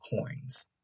coins